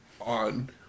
on